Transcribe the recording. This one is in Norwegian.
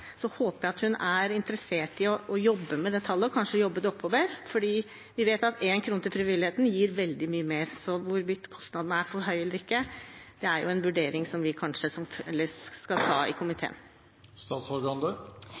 det og kanskje jobbe det oppover, for vi vet at én krone til frivilligheten gir veldig mye mer. Hvorvidt kostnaden er for høy eller ikke, er en vurdering som vi kanskje skal ta i